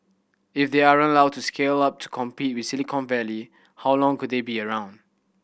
if they aren't allowed to scale up to compete with Silicon Valley how long could they be around